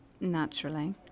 Naturally